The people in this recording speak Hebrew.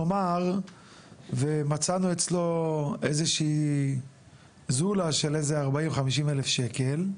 נאמר ומצאנו אצלו איזושהי זולה של איזה 40-50 אלף שקל,